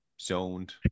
zoned